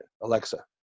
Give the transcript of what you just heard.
Alexa